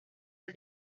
del